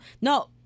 no